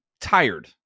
tired